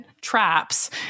traps